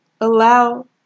Allow